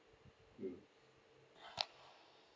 mm